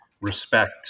respect